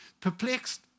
Perplexed